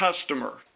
customer